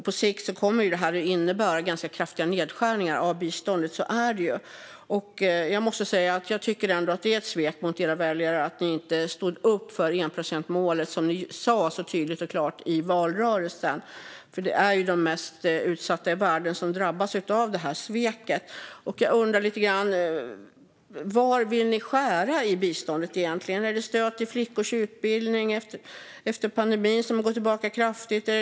På sikt kommer detta att innebära ganska kraftiga nedskärningar av biståndet; så är det ju. Jag måste säga att jag tycker att det är ett svek mot era väljare att ni inte stod upp för enprocentsmålet, vilket ni i valrörelsen tydligt och klart sa att ni skulle göra. Det är ju de mest utsatta i världen som drabbas av detta svek. Jag undrar var ni egentligen vill skära i biståndet. Är det i stödet till flickors utbildning, som har gått tillbaka kraftigt efter pandemin?